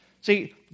See